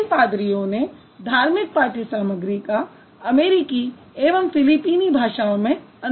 इन पादरियों ने धार्मिक पाठ्यसामग्री का अमेरिकी एवं फिलीपीनी भाषाओं में अनुवाद किया